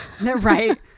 right